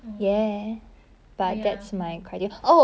一八零 okay lah I think I don't know